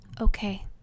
Okay